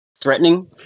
threatening